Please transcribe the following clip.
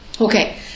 Okay